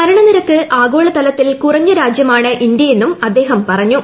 മരണ നിരക്ക് ആഗോള തലത്തിൽ കുറഞ്ഞ രാജ്യമാണ് ഇന്ത്യയെന്ന് അദ്ദേഹം പറഞ്ഞു